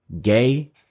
Gay